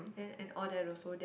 then and all